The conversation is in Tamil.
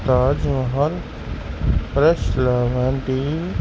Taj Mahal fresh lemon tea